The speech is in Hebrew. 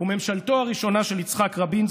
וממשלתו הראשונה של יצחק רבין,